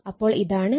അപ്പോൾ ഇതാണ് N2 60